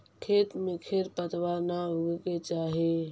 खेत में खेर पतवार न उगे के चाही